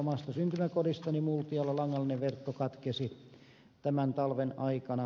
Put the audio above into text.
omasta syntymäkodistani multialla langallinen verkko katkesi tämän talven aikana